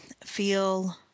feel